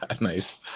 Nice